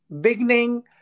beginning